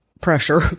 pressure